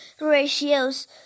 ratios